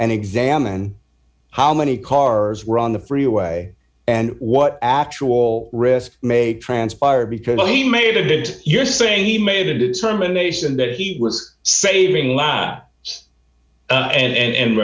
and examine how many cars were on the freeway and what actual risk may transpire because he made a bit you're saying he made a determination that he was saving law and